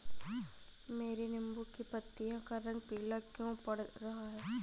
मेरे नींबू की पत्तियों का रंग पीला क्यो पड़ रहा है?